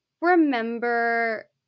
remember